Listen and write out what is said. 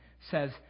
says